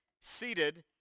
seated